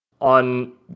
on